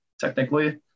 technically